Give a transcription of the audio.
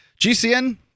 GCN